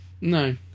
No